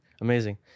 amazing